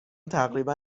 تقریبا